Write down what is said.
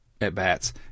at-bats